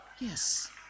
Yes